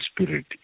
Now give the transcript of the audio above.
spirit